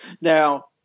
Now